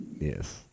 Yes